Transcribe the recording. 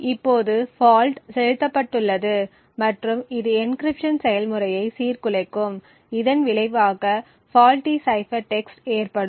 இப்போது ஃபால்ட் செலுத்தப்பட்டுள்ளது மற்றும் இது என்க்ரிப்ஷன் செயல்முறையை சீர்குலைக்கும் இதன் விளைவாக ஃபால்ட்டி சைபர் டெக்ஸ்ட் ஏற்படும்